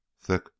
thick